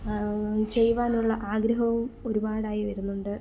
ചെയ്യുവാനുള്ള ആഗ്രഹവും ഒരുപാടായി വരുന്നുണ്ട്